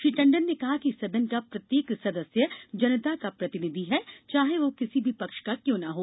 श्री टंडन ने कहा कि सदन का प्रत्येक सदस्य जनता का प्रतिनिधि है चाहे वह किसी भी पक्ष का क्यों न हो